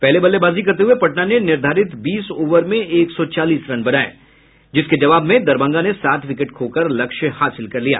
पहले बल्लेबाजी करते हुये पटना ने निर्धारित बीस ओवर में एक सौ चालीस रन बनाये जिसके जवाब में दरभंगा ने सात विकेट खोकर लक्ष्य हासिल कर लिया